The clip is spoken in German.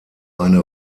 eine